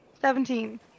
Seventeen